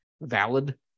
valid